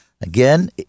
Again